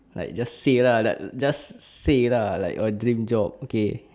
like just say lah like just say lah like what dream job okay